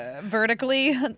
vertically